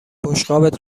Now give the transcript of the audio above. بشقابت